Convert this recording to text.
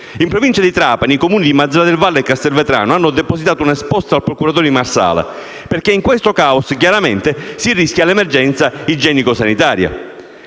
In Provincia di Trapani, i Comuni di Mazara del Vallo e Castelvetrano hanno depositato un esposto al procuratore di Marsala, perché in questo caos si rischia chiaramente l’emergenza igienico-sanitaria.